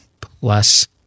plus